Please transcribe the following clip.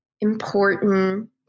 important